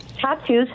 Tattoos